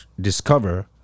discover